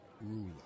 ruler